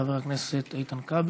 חבר הכנסת איתן כבל,